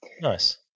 Nice